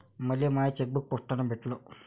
मले माय चेकबुक पोस्टानं भेटल